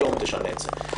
היום תשנה את זה.